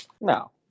No